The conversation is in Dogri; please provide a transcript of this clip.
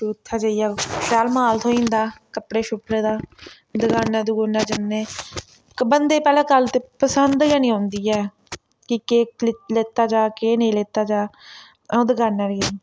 ते उत्थें जाइयै शैल माल थ्होई जंदा कपड़े शपड़े दा दकानां दुकनै जन्ने बन्दे गी पैह्ले गल्ल ते पसंद गै नी औंदी ऐ कि केह् लैता जा केह् नेईं लैता जा अऊं दकानै पर गेई